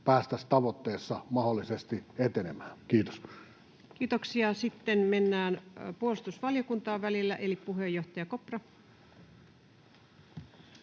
päästäisiin tavoitteessa mahdollisesti etenemään? — Kiitos. Kiitoksia. — Sitten mennään puolustusvaliokuntaan välillä, eli puheenjohtaja Kopra.